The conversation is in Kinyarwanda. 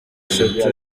eshatu